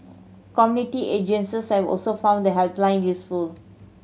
community agencies have also found the helpline useful